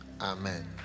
Amen